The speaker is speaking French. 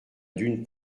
dune